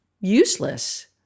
useless